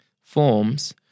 Forms